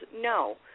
no